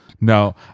No